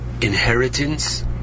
inheritance